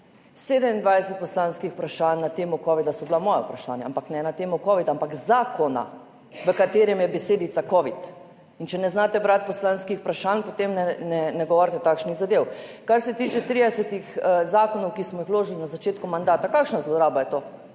27 poslanskih vprašanj na temo covida je bilo mojih vprašanj, ampak ne na temo covida, ampak zakona, v katerem je besedica covid. In če ne znate brati poslanskih vprašanj, potem ne govorite takšnih zadev. Kar se tiče 30 zakonov, ki smo jih vložili na začetku mandata. Kakšna zloraba je to?